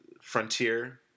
frontier